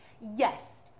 yes